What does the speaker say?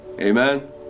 Amen